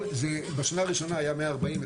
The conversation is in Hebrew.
בשנה הראשונה היה 140 מיליון,